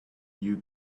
you